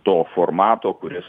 to formato kuris